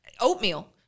Oatmeal